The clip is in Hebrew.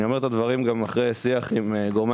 אני אומר את הדברים אחרי שיח עם גורמי